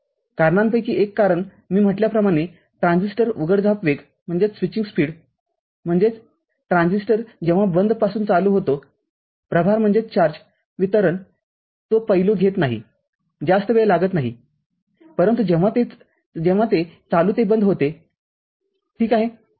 कारणांपैकी एक कारणमी म्हटल्याप्रमाणे ट्रान्झिस्टर उघडझाप वेग म्हणजे ट्रान्झिस्टरजेव्हा बंद पासून चालू होतो प्रभारवितरण तो पैलू घेत नाहीजास्त वेळ लागत नाहीपरंतु जेव्हा ते चालू ते बंद होते ठीक आहे